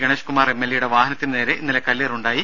Ganesh Kumar MLA യുടെ വാഹനത്തിന് നേരെ ഇന്നലെ കല്ലേറുണ്ടായി